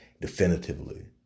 definitively